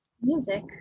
Music